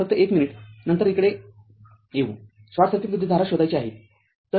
फक्त एक मिनिट नंतर इकडे येऊ शॉर्ट सर्किट विद्युतधारा शोधायची आहे